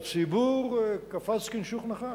הציבור קפץ כנשוך נחש.